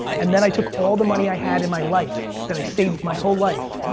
and then i took all the money i had in my life, that i saved my whole life,